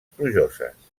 plujoses